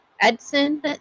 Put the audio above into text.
Edson